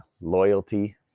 loyalty